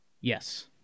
Yes